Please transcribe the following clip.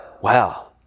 Wow